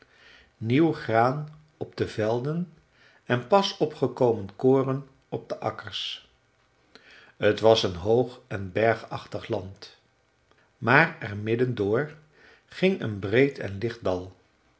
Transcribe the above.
nieuw graan op de velden en pas opgekomen koren op de akkers t was een hoog en bergachtig land maar er midden door ging een breed en licht